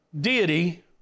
deity